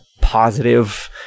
positive